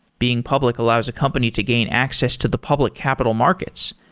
being public allows a company to gain access to the public capital markets.